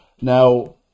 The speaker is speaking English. Now